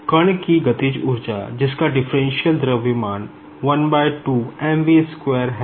कण कीकाइनेटिक एनर्जी जिसका डिफरेंशियल द्रव्यमान है